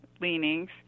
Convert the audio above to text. leanings